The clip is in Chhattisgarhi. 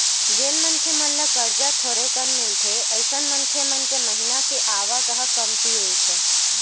जेन मनखे मन ल करजा थोरेकन मिलथे अइसन मनखे मन के महिना के आवक ह कमती रहिथे